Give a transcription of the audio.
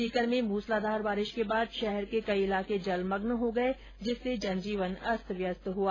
सीकर में मुसलाधार बारिश के बाद शहर के कई इलाके जलमग्न हो गये जिससे जनजीवन अस्तव्यस्त हुआ